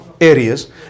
areas